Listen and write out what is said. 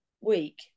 week